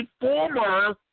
former